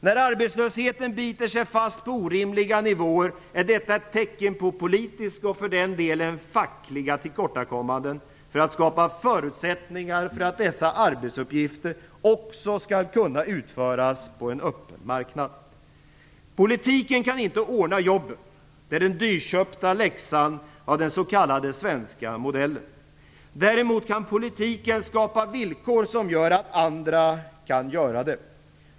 När arbetslösheten biter sig fast på orimliga nivåer är detta ett tecken på politiska, och för den delen fackliga, tillkortakommanden när det gäller att skapa förutsättningar för att dessa arbetsuppgifter också skall kunna utföras på en öppen marknad. Politiken kan inte ordna jobben, det är den dyrköpta läxan av den s.k. svenska modellen. Däremot kan politiken skapa villkor som leder till att andra kan göra det.